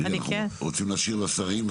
אנחנו רוצים להשאיר לשרים,